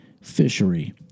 fishery